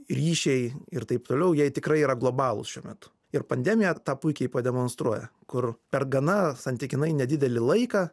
ryšiai ir taip toliau jie tikrai yra globalūs šiuo metu ir pandemija tą puikiai pademonstruoja kur per gana santykinai nedidelį laiką